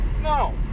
no